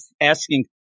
asking